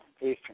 Eastern